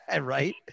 Right